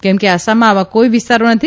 કેમ કે આસામમાં આવા કોઇ વિસ્તારો નથી